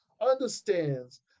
understands